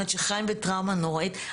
אני יודעת שחיים בטראומה נוראית,